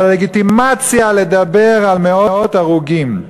אבל הלגיטימציה לדבר על מאות הרוגים,